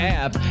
app